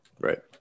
Right